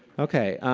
okay.